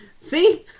See